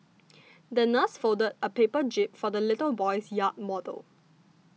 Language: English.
the nurse folded a paper jib for the little boy's yacht model